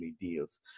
deals